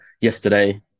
yesterday